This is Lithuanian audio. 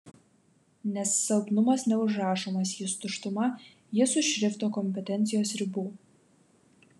nes silpnumas neužrašomas jis tuštuma jis už šrifto kompetencijos ribų